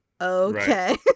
okay